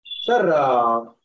Sir